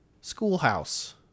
schoolhouse